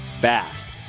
fast